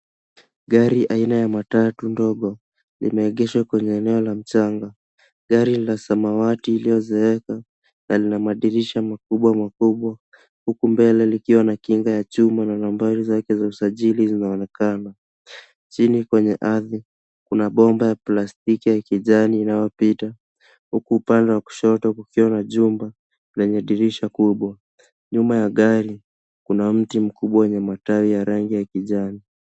Gari aina ya matatu ndogo imeegeshwa kwenye eneo la mchanga. Gari la samawati iliyozeeka na lina madirisha makubwa makubwa huku mbele likiwa na kinga ya chuma na nambari zake za usajili zinaonekana. Chini kwenye ardhi, kuna bomba ya plastiki ya kijani inayopita huku upande wa kushoto kukiwa na jumba lenye dirisha kubwa. Nyuma ya gari kuna mti mkubwa wenye matawi ya rangi ya kijani.